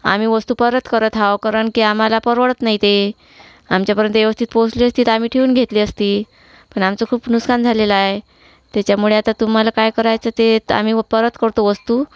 आम्ही वस्तू परत करत आहे कारण की आम्हाला परवडत नाही ते आमच्यापर्यंत व्यवस्थित पोचली असती तर आम्ही ठेऊन घेतली असती पण आमचं खूप नुकसान झालेलं आहे त्याच्यामुळे आता तुम्हाला काय करायचं ते तर आम्ही व परत करतो वस्तू